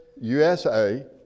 USA